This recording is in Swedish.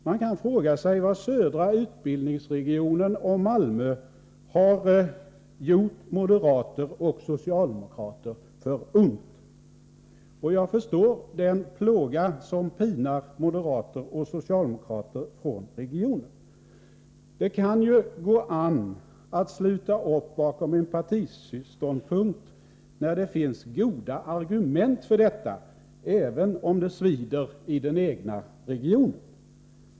Man kan fråga sig vad södra utbildningsregionen och Malmö har gjort moderater och socialdemokrater för ont. Jag förstår den plåga som pinar moderater och socialdemokrater från regionen. Det kan ju gå an att sluta upp bakom en partiståndpunkt när det finns goda argument för detta, även om det svider i den egna regionen.